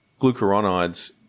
glucuronides